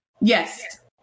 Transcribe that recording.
Yes